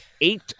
Eight